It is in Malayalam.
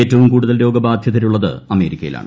ഏറ്റവും കൂടുതൽ രോഗബാധിതരുള്ളത് അമേരിക്കയിലാണ്